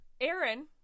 Aaron